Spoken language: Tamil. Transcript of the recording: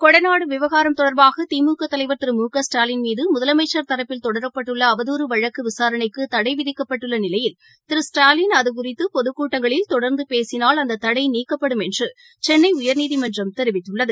கொடநாடுவிவகாரம் தொடர்பாகதிமுகதலைவர் திரு மு க ஸ்டாலின் மீது முதலமைச்சர் தரப்பில் தொடரப்பட்டுள்ளஅவதூறு வழக்குவிசாரணைக்குதடைவிதிக்கப்பட்டுள்ளநிலையில் திரு ஸ்டாலின் அதுகுறித்தபொதுக்கூட்டங்களில் தொடர்ந்துபேசினால் தடைநீக்கப்படும் என்றுசென்னைஉயர்நீதிமன்றம் தெரிவித்துள்ளது